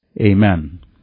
amen